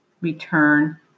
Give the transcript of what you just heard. return